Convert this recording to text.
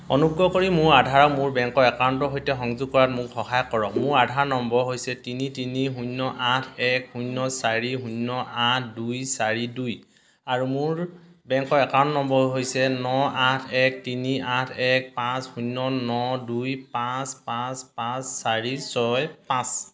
অনুগ্ৰহ কৰি মোৰ আধাৰক মোৰ বেংক একাউণ্টৰ সৈতে সংযোগ কৰাত মোক সহায় কৰক মোৰ আধাৰ নম্বৰ হৈছে তিনি তিনি শূন্য আঠ এক শূন্য চাৰি শূন্য আঠ দুই চাৰি দুই আৰু মোৰ বেংকৰ একাউণ্ট নম্বৰ হৈছে ন আঠ এক তিনি আঠ এক পাঁচ শূন্য ন দুই পাঁচ পাঁচ পাঁচ চাৰি ছয় পাঁচ